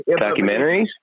Documentaries